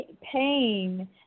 pain